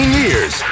years